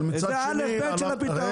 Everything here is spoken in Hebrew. אבל מצד שני --- זה א'-ב' של הפתרון.